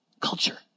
culture